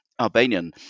Albanian